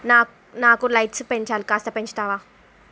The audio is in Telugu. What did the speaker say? నా నాకు లైట్స్ పెంచాలి కాస్త పెంచుతావా